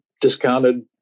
discounted